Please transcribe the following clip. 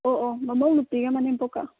ꯑꯣꯑꯣ ꯃꯃꯧꯅꯨꯄꯤꯒ ꯃꯅꯦꯝꯄꯣꯛꯀ